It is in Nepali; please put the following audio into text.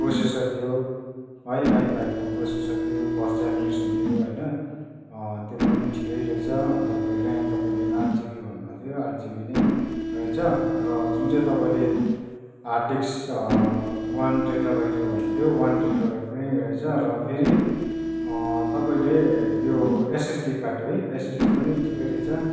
प्रोसेसर थियो है आइ फाइबको प्रोसेसर थियो फर्स्ट जेनरेसन थियो होइन त्यो पनि ठिकै रहेछ अन्तखेरि ऱ्याम तपाईँले आठ जिबी भन्नु भएको थियो आठ जिबी नै रहेछ र जुन चाहिँ तपाईँले हार्ड डिक्स वान टेट्राबाइटको भनेको थियो वान टेट्राबाइट पनि रैछ र फेरि तपाईँले त्यो एसएसडी कार्ड है एसएसडी पनि ठिकै रहेछ